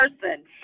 person